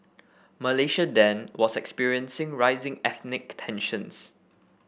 Malaysia then was experiencing rising ethnic tensions